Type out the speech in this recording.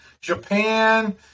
Japan